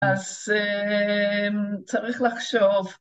‫אז צריך לחשוב.